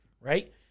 Right